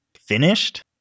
finished